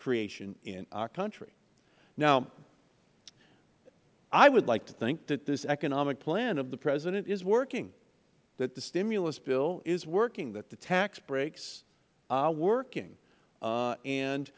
creation in our country now i would like to think that this economic plan of the president is working that the stimulus bill is working that the tax breaks are working